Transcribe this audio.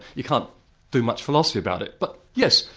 you can't do much philosophy about it. but yes,